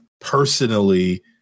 personally